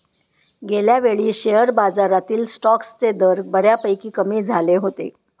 गेल्यावेळी शेअर बाजारातील स्टॉक्सचे दर बऱ्यापैकी कमी झाले होते